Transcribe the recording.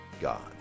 God